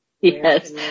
Yes